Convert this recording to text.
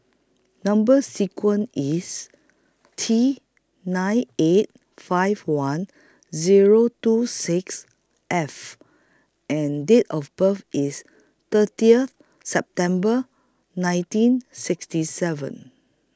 Number sequence IS T nine eight five one Zero two six F and Date of birth IS thirtieth September nineteen sixty seven